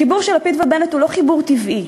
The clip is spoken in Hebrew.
החיבור של לפיד ובנט הוא לא חיבור טבעי.